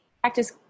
practice